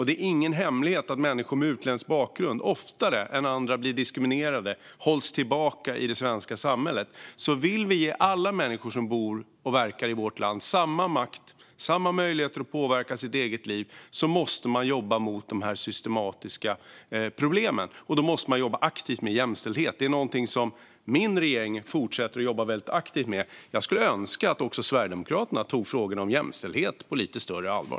Det är ingen hemlighet att människor med utländsk bakgrund oftare än andra blir diskriminerade och hålls tillbaka i det svenska samhället. Vill man ge alla människor som bor och verkar i vårt land samma makt och samma möjligheter att påverka sitt eget liv måste man jobba mot dessa systematiska problem. Då måste man jobba aktivt med jämställdhet. Detta är någonting som min regering fortsätter att jobba väldigt aktivt med. Jag skulle önska att också Sverigedemokraterna tog frågorna om jämställdhet på lite större allvar.